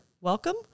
Welcome